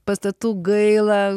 pastatų gaila